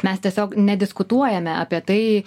mes tiesiog nediskutuojame apie tai